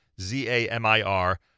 Z-A-M-I-R